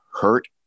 hurt